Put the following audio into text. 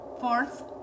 fourth